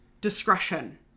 discretion